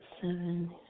seven